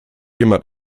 jemand